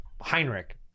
Heinrich